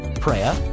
prayer